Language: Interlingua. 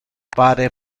pare